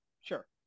Sure